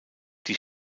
die